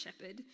shepherd